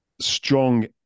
strong